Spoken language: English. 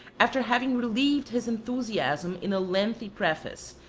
after having relieved his enthusiasm in a lengthy preface,